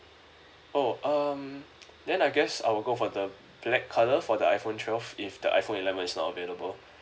oh um then I guess I will go for the black colour for the iphone twelve if the iphone eleven is not available